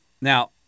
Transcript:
Now